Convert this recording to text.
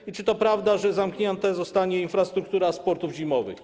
I czy to prawda, że zamknięta zostanie infrastruktura sportów zimowych?